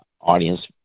audience